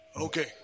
okay